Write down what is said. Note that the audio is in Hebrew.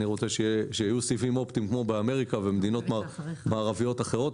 אני רוצה שיהיו סיבים אופטיים כמו באמריקה ובמדינות מערביות אחרות.